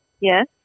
Yes